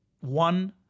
One